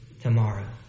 tomorrow